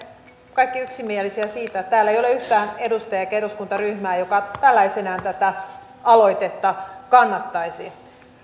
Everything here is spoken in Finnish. kaikki yksimielisiä siitä että täällä ei ole yhtään edustajaa eikä eduskuntaryhmää joka tällaisenaan tätä aloitetta kannattaisi